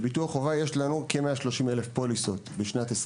בביטוח חובה יש לנו כ-130,000 פוליסות ב-22'.